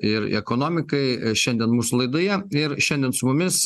ir ekonomikai ir šiandien mūsų laidoje ir šiandien su mumis